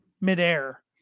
midair